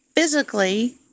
Physically